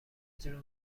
اجرا